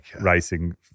racing